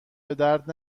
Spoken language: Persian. بدرد